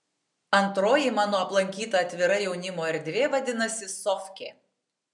antroji mano aplankyta atvira jaunimo erdvė vadinasi sofkė